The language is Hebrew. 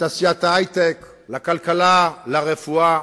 לתעשיית ההיי-טק, לכלכלה, לרפואה.